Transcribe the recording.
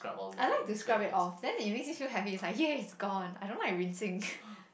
I like to scrub it off then it makes me feel happy it's like yay it's gone I don't like rinsing